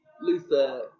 Luther